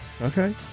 Okay